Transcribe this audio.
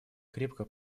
крепко